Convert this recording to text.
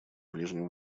ближнем